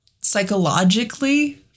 psychologically